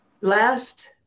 last